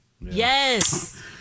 Yes